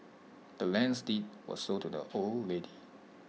the land's deed was sold to the old lady